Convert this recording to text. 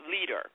leader